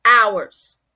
hours